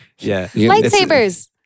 lightsabers